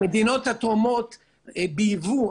המדינות התורמות בייבו,